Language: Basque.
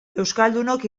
euskaldunok